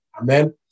Amen